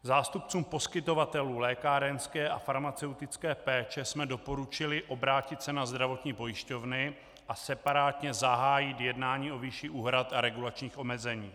Zástupcům poskytovatelů lékárenské a farmaceutické péče jsme doporučili obrátit se na zdravotní pojišťovny a separátně zahájit jednání o výši úhrad a regulačních omezení.